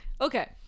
Okay